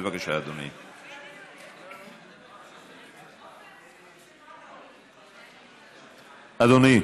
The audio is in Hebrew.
בבקשה, אדוני.